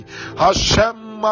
Hashem